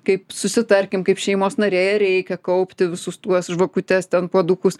kaip susitarkim kaip šeimos nariai ar reikia kaupti visus tuos žvakutes ten puodukus